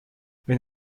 wenn